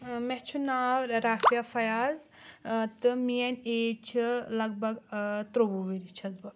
ٲں مے چھُ ناو رافیہ فیاض ٲں تہٕ میٛٲنۍ ایج چھِ لگ بھگ ٲں ترٛیٛووُہ ؤری چھیٚس بہٕ